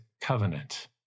covenant